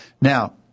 Now